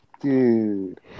Dude